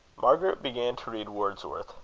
margaret began to read wordsworth,